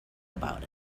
about